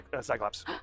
Cyclops